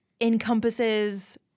encompasses –